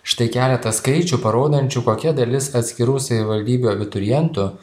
štai keletas skaičių parodančių kokia dalis atskirų savivaldybių abiturientų